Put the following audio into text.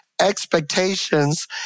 expectations